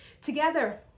together